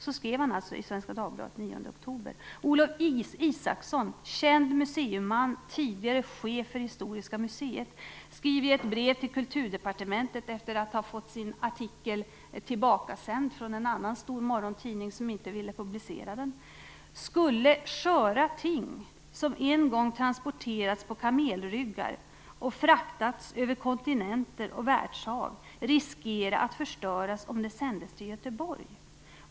Så skrev han alltså i Svenska Dagbladet den Historiska museet, skrev i ett brev till Kulturdepartementet efter att ha fått sin artikel tillbakasänd från en annan stor morgontidning som inte ville publicera den: Skulle sköra ting, som en gång transporterats på kamelryggar och fraktats över kontinenter och världshav, riskera att förstöras om de sändes till Göteborg?